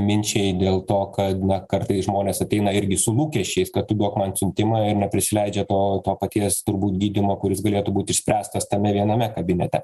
minčiai dėl to kad na kartais žmonės ateina irgi su lūkesčiais kad tu duok man siuntimą ir neprisileidžia to to paties turbūt gydymo kuris galėtų būti išspręstas tame viename kabinete